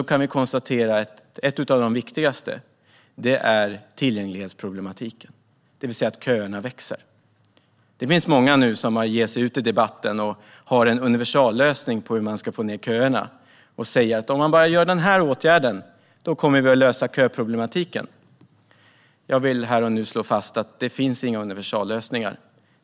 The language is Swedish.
Vi kan konstatera att ett av de viktigaste är tillgänglighetsproblematiken, det vill säga att köerna växer. Det finns många som ger sig in i debatten och har en universallösning för hur man ska korta köerna. De säger att om man bara gör den här åtgärden, då kommer vi att lösa köproblematiken. Jag vill här och nu slå fast att det inte finns några universallösningar.